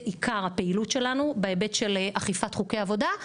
עיקר הפעילות שלנו בהיבט של אכיפת חוקי עבודה,